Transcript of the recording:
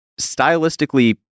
stylistically